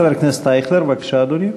חבר הכנסת אייכלר, בבקשה, אדוני.